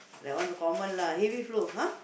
the one common lah heavy flow !huh!